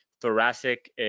thoracic